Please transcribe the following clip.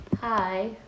Hi